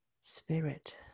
Spirit